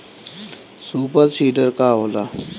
Super seeder का होला?